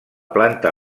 planta